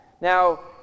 Now